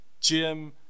jim